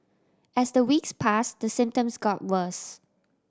as the weeks pass the symptoms got worse